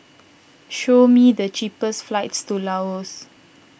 show me the cheapest flights to Laos